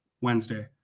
Wednesday